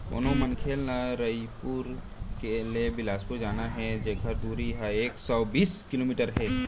कोनो मनखे ल रइपुर ले बेलासपुर जाना हे जेकर दूरी ह एक सौ बीस किलोमीटर हे